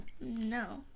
No